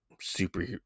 super